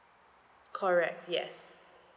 correct yes